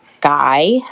guy